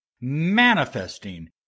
Manifesting